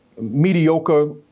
mediocre